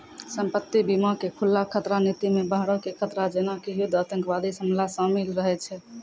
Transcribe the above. संपत्ति बीमा के खुल्ला खतरा नीति मे बाहरो के खतरा जेना कि युद्ध आतंकबादी हमला शामिल रहै छै